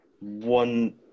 one